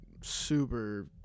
super